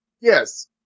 Yes